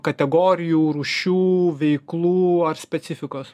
kategorijų rūšių veiklų ar specifikos